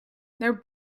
their